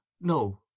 no